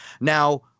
Now